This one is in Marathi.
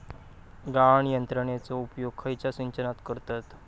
गाळण यंत्रनेचो उपयोग खयच्या सिंचनात करतत?